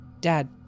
Dad